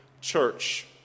church